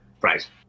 Right